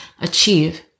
achieve